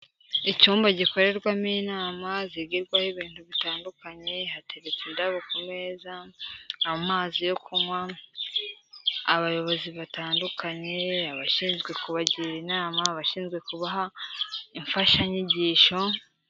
Icyumba gikorerwamo inama, zigirwaho ibintu bitandukanye, hateretse indabo ku meza, amazi yo kunywa, abayobozi batandukanye, abashinzwe kubagira inama, abashinzwe kubaha imfashanyigisho...